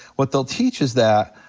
what they'll teach is that